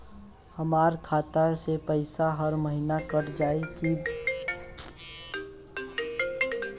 हमार खाता से पैसा हर महीना कट जायी की बैंक मे जमा करवाए के होई?